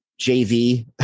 JV